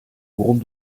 groupe